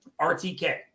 RTK